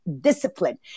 discipline